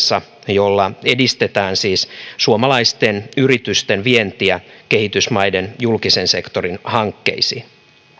jolla edistetään siis suomalaisten yritysten vientiä kehitysmaiden julkisen sektorin hankkeisiin